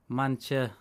man čia